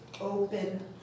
open